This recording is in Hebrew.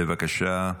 בבקשה.